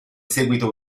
seguito